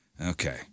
Okay